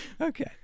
okay